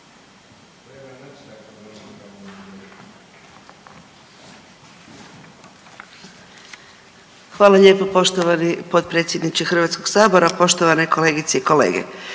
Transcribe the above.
(MOST)** Poštovani potpredsjedniče Hrvatskoga sabora. Poštovana kolegice možete